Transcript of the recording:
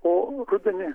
o rudenį